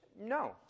No